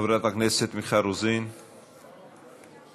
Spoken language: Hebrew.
חברת הכנסת מיכל רוזין אינה נוכחת,